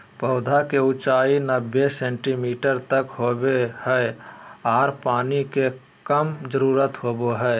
पौधा के ऊंचाई नब्बे सेंटीमीटर तक होबो हइ आर पानी के कम जरूरत होबो हइ